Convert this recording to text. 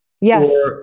Yes